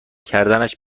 کردنش